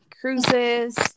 cruises